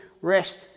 rest